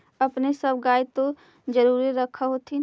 अपने सब गाय तो जरुरे रख होत्थिन?